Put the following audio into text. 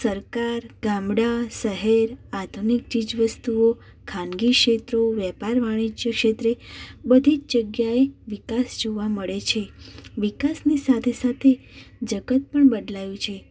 સરકાર ગામડા શહેર આધુનિક ચીજવસ્તુઓ ખાનગી ક્ષેત્રો વ્યાપાર વાણિજ્ય ક્ષેત્રે બધી જ જગ્યાએ વિકાસ જોવા મળે છે વિકાસની સાથે સાથે જગત પણ બદલાયું છે